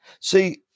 See